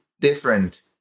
different